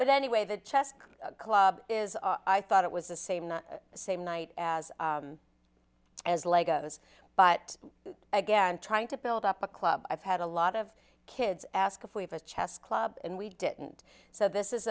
but anyway the chess club is i thought it was the same the same night as as lego is but again trying to build up a club i've had a lot of kids ask if we've had chess club and we didn't so this